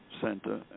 center